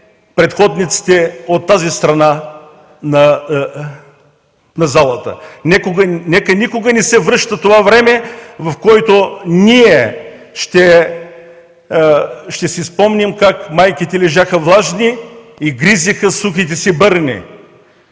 предходниците от тази страна на залата (сочи вдясно). Нека никога не се връща това време, в което ние ще си спомним как майките лежаха влажни и гризеха сухите си бърни.